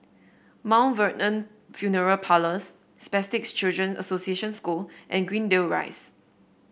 Mt Vernon Funeral Parlours Spastic Children Association School and Greendale Rise